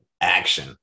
action